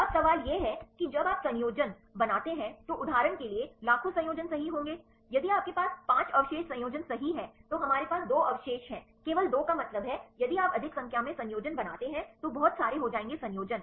अब सवाल यह है कि जब आप संयोजन बनाते हैं तो उदाहरण के लिए लाखों संयोजन सही होंगे यदि आपके पास 5 अवशेष संयोजन सही हैं तो हमारे पास 2 अवशेष हैं केवल 2 का मतलब है यदि आप अधिक संख्या में संयोजन बनाते हैं तो बहुत सारे हो जाएंगे संयोजन